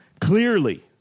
Clearly